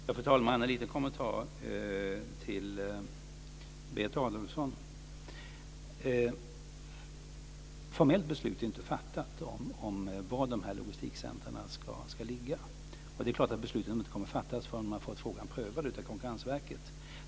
Fru talman! Jag har en liten kommentar till Berit Adolfsson. Formellt beslut är inte fattat om var dessa logistikcentrum ska ligga. Det är klart att beslutet inte kommer att fattas förrän man har fått frågan prövad av Konkurrensverket.